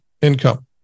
income